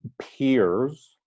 peers